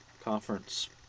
conference